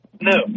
No